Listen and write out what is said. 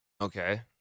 Okay